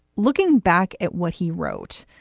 looking back at what he wrote,